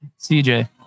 CJ